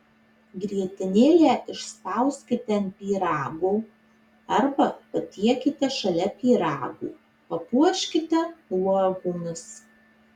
grietinėlę išspauskite ant pyrago arba patiekite šalia pyrago papuoškite uogomis